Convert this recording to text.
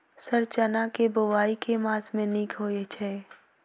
Sir चना केँ बोवाई केँ मास मे नीक होइ छैय?